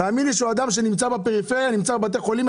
הוא נמצא בפריפריה, נמצא בבתי חולים.